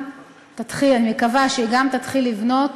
אני מקווה שהיא גם תתחיל לבנות